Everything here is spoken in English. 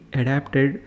adapted